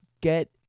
get